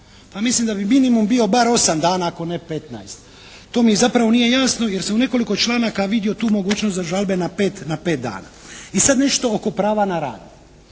Pa mislim da bi minimum bio bar 8 dana ako ne 15. To mi zapravo nije jasno, jer sam u nekoliko članaka vidio tu mogućnost za žalbe na 5 dana. I sada nešto oko prava na rad.